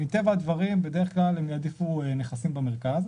מטבע הדברים הם בדרך כלל יעדיפו נכסים במרכז,